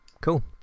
cool